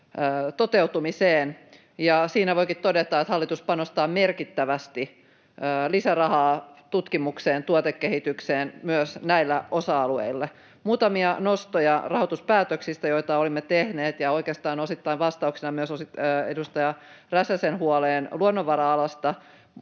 toteutumiseen. Siinä voikin todeta, että hallitus panostaa merkittävästi lisärahaa tutkimukseen, tuotekehitykseen, myös näillä osa-alueilla. Muutamia nostoja rahoituspäätöksistä, joita olemme tehneet, ja oikeastaan osittain vastauksena myös edustaja Räsäsen huoleen luonnonvara-alasta.